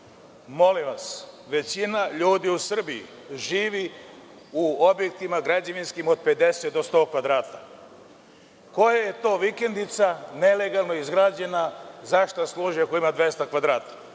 Molim vas, većina ljudi u Srbiji živi u objektima građevinskim od 50 do 100 kvadrata. Koja je to vikendica nelegalno izgrađena, za šta služi ako ima 200 kvadrata.